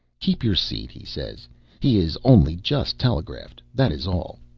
keep your seat, he says he is only just telegraphed, that is all.